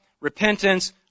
repentance